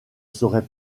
serait